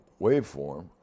waveform